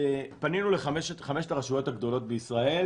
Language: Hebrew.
פנינו לחמש הרשויות הגדולות בישראל